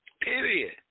period